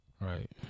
Right